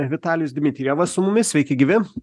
vitalijus dmitrijevas su mumis sveiki gyvi